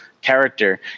character